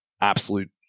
absolute